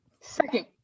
Second